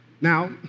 Now